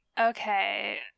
okay